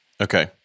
Okay